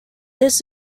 this